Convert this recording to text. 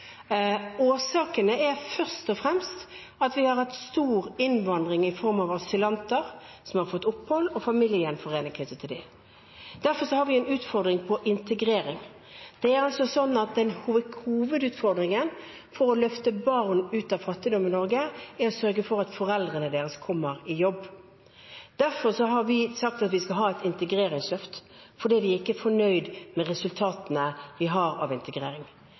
Årsakene er først og fremst at vi har hatt stor innvandring i form av asylanter som har fått opphold og familiegjenforening. Derfor har vi en utfordring når det gjelder integrering. Det er altså sånn at hovedutfordringen for å løfte barn ut av fattigdom i Norge er å sørge for at foreldrene deres kommer i jobb. Derfor har vi sagt at vi skal ha et integreringsløft fordi vi ikke er fornøyd med resultatene vi har av